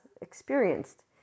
experienced